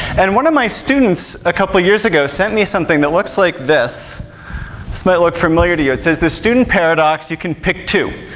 and one of my students a couple of years ago sent me something that looks like this. this might look familiar to you, it says the student paradox, you can pick two.